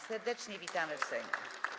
Serdecznie witamy w Sejmie.